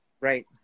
Right